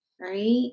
right